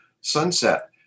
sunset